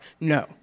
No